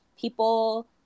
people